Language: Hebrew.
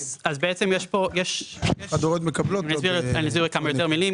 אני אסביר בכמה מילים.